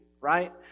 right